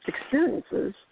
experiences